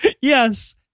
Yes